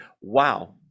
Wow